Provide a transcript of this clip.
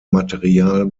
material